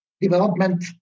development